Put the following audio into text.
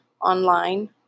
online